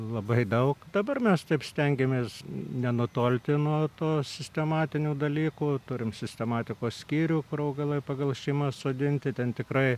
labai daug dabar mes taip stengiamės nenutolti nuo to sistematinių dalykų turim sistematikos skyrių kur augalai pagal šeimas sodinti ten tikrai